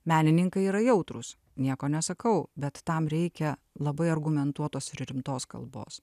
menininkai yra jautrūs nieko nesakau bet tam reikia labai argumentuotos ir rimtos kalbos